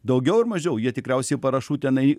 daugiau ar mažiau jie tikriausiai parašų tenai